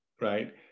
right